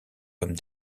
comme